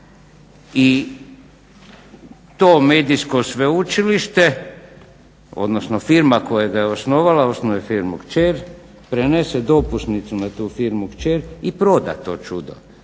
I to Medijsko sveučilište, odnosno firma koja ga je osnovala, osnovala je firmu kćer, prenese dopusnicu na tu firmu kćer i proda to čudo,